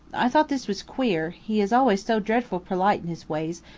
i thought this was queer, he is always so dreadful perlite in his ways,